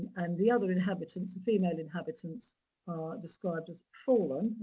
and the other inhabitants, the female inhabitants, are described as fallen,